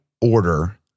order